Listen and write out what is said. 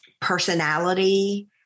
personality